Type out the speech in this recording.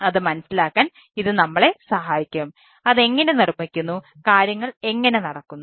അത് മനസിലാക്കാൻ ഇത് നമ്മളെ സഹായിക്കും അത് എങ്ങനെ നിർമ്മിക്കുന്നു കാര്യങ്ങൾ എങ്ങനെ നടക്കുന്നു